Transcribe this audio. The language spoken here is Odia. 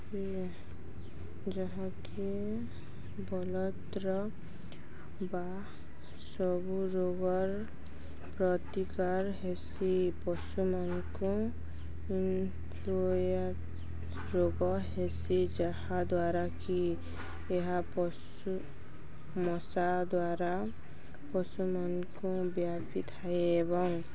ଯାହାକି ବଲଦ୍ର ବା ସବୁ ରୋଗର୍ ପ୍ରତିକାର୍ ହେସି ପଶୁମାନ୍କୁ ଇନ୍ଫ୍ଲୁଏନ୍ଜା ରୋଗ ହେସି ଯାହା ଦ୍ୱାରାକି ଏହା ପଶୁ ମଶା ଦ୍ୱାରା ପଶୁମାନ୍କୁ ବ୍ୟାପିଥାଏ ଏବଂ